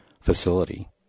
facility